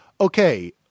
Okay